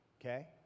okay